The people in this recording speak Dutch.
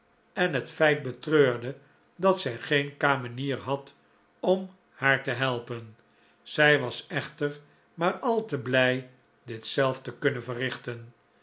en het feit betreurde dat zij geen kamenier had om haar te helpen zij was echter maar al te blij dit zelf te kunnen verrichten